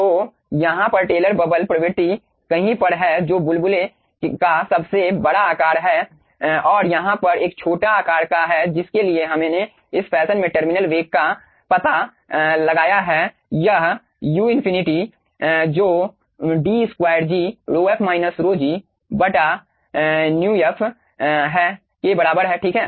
तो यहाँ यह टेलर बबल प्रवृत्ति कहीं पर है जो बुलबुले का सबसे बड़ा आकार है और यहाँ यह एक छोटा आकार है जिसके लिए हमने इस फैशन में टर्मिनल वेग का पता लगाया है यह u इन्फिनिटी जो d2g ρf minus ρg 12 μf के बराबर है ठीक है